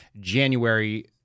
January